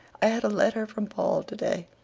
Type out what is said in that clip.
i had a letter from paul today.